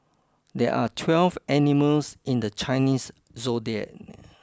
there are twelve animals in the Chinese zodiac